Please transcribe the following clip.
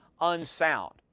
unsound